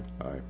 Aye